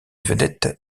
vedette